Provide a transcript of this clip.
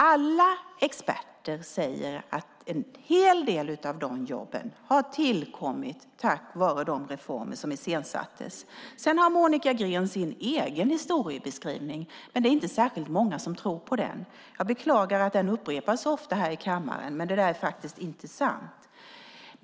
Alla experter säger att en hel del av dessa jobb har tillkommit tack vare de reformer som iscensattes. Sedan har Monica Green sin egen historiebeskrivning. Men det är inte särskilt många som tror på den. Jag beklagar att den upprepas så ofta här i kammaren, men den är faktiskt inte sann.